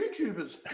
YouTubers